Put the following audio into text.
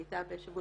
היא הייתה בשבוע